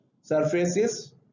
surfaces